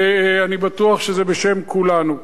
ואני בטוח שזה בשם כולנו.